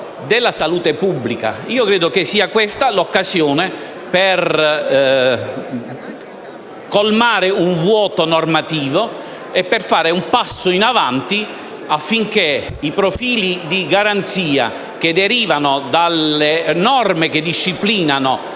della salute pubblica. Credo che sia questa l'occasione per colmare un vuoto normativo e per fare un passo in avanti affinché i profili di garanzia che derivano dalle norme che disciplinano